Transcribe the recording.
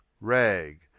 Rag